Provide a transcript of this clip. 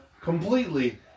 Completely